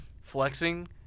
flexing